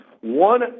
one